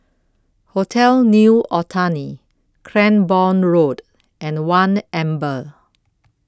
Hotel New Otani Cranborne Road and one Amber